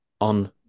on